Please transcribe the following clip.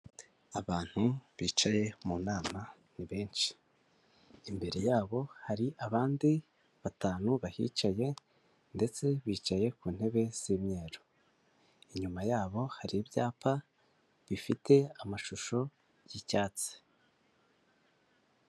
Abantu bicaye mu nama ni benshi, imbere yabo hari abandi batanu bahicaye ndetse bicaye ku ntebe z'imyeru, inyuma yabo hari ibyapa bifite amashusho yi'icyatsi.